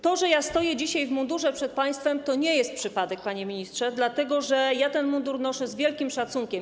To, że stoję dzisiaj w mundurze przed państwem, to nie jest przypadek, panie ministrze, dlatego, że ja ten mundur noszę z wielkim szacunkiem.